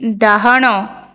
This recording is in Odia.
ଡାହାଣ